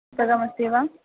पुस्तकमस्ति वा